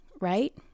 right